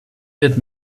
that